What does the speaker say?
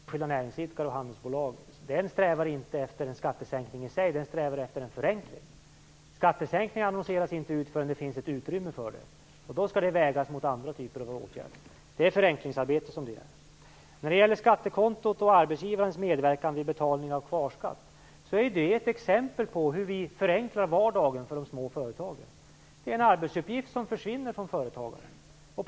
Fru talman! En översyn av reglerna för enskilda näringsidkare och handelsbolag strävar inte efter en skattesänkning i sig. Den strävar efter en förenkling. Skattesänkningar annonseras inte ut förrän det finns ett utrymme för det. Då skall det vägas mot andra typer av åtgärder. Det är förenklingsarbete som detta gäller. Skattekontot och borttagandet av arbetsgivarens medverkan vid betalning av kvarskatt är ett exempel på hur vi förenklar vardagen för de små företagen. Det är en arbetsuppgift som försvinner från företagaren.